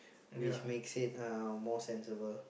which makes it uh more sensible